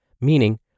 meaning